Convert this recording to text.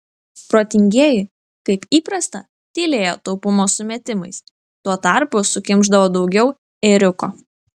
protingieji kaip įprasta tylėjo taupumo sumetimais tuo tarpu sukimšdavo daugiau ėriuko